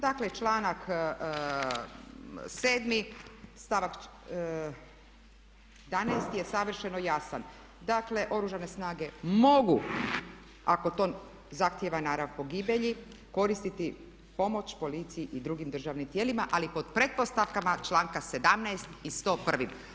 Dakle, članak 7. stavak 11. je savršeno jasan, dakle Oružane snage mogu ako to zahtjeva narav pogibelji koristiti pomoć policiji i drugim državnim tijelima, ali pod pretpostavkama članka 17. i 101.